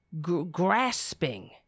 grasping